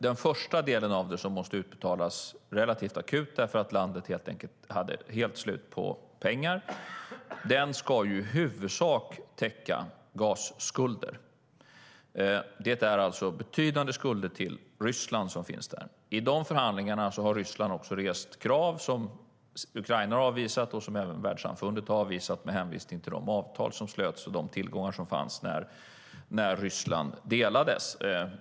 Den första delen av det, som behövde utbetalas relativt akut därför att landet helt enkelt hade helt slut på pengar, ska i huvudsak täcka gasskulder, alltså betydande skulder till Ryssland. I de förhandlingarna reste Ryssland också krav som Ukraina har avvisat och som även världssamfundet har avvisat med hänvisning till de avtal som slöts och de tillgångar som fanns när Ryssland delades.